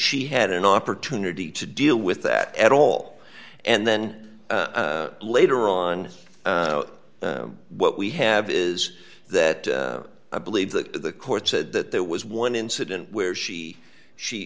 she had an opportunity to deal with that at all and then later on what we have is that i believe that the court said that there was one incident where she she